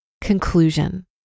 Conclusion